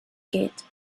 geht